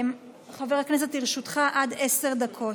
חבר הכנסת, לרשותך עד עשר דקות.